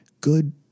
Good